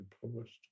published